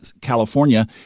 California